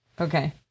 Okay